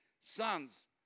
sons